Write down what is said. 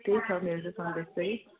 त्यही छ मेरो सन्देश चाहिँ